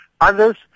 Others